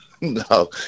No